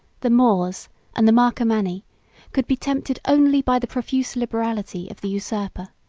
the moors and the marcomanni could be tempted only by the profuse liberality of the usurper,